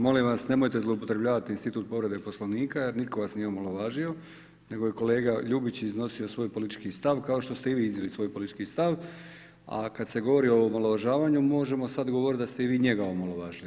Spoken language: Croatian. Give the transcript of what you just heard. Molim vas nemojte zloupotrebljavati institut povrede Poslovnika jer nitko vas nije omalovažio, nego je kolega Ljubić iznosio svoj politički stav, kao što ste i vi iznijeli svoj politički stav, a kad se govori o omalovažavanju možemo sad govorit da ste i vi njega omalovažili.